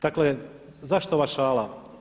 Dakle, zašto ova šala?